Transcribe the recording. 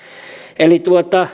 eli